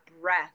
breath